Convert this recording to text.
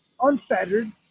unfettered